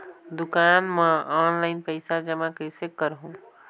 दुकान म ऑनलाइन पइसा जमा कइसे करहु?